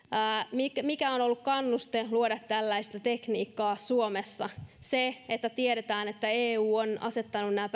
mikä on ollut kannuste luoda tällaista tekniikkaa suomessa se että tiedetään että eu on asettanut nämä